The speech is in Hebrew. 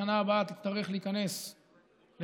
בשנה הבאה תצטרך להיכנס לתוקף.